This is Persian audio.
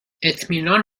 اطمینان